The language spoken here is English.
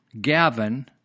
Gavin